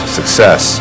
success